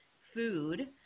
food